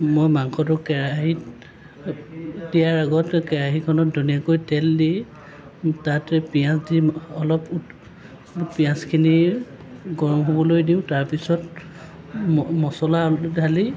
মই মাংসটো কেৰাহিত দিয়াৰ আগতে কেৰাহিখনত ধুনীয়াকৈ তেল দি তাতে পিঁয়াজ দি অলপ পিঁয়াজখিনি গৰম হ'বলৈ দিওঁ তাৰপিছত ম মছলা ঢালি